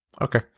okay